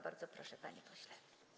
Bardzo proszę, panie pośle.